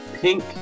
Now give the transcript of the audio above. pink